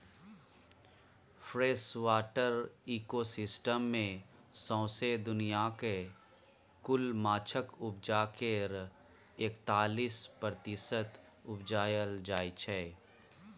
freshwater ecosystem मे सौसें दुनियाँक कुल माछक उपजा केर एकतालीस प्रतिशत उपजाएल जाइ छै